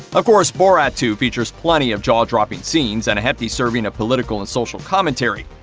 of course, borat two features plenty of jaw-dropping scenes, and a hefty serving of political and social commentary.